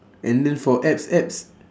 and then for abs abs